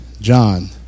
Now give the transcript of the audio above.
John